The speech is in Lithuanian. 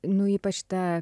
nu ypač ta